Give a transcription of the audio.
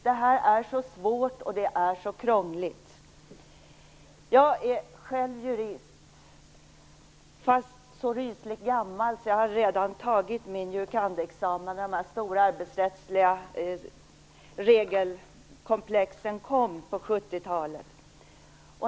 Det är så svårt, och det är så krångligt. Jag är själv jurist fast så rysligt gammal att jag redan hade tagit min jurkand-examen innan de stora arbetsrättsliga regelkomplexen kom på 70-talet.